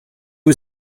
was